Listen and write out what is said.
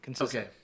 okay